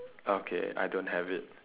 okay I don't have it